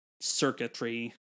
circuitry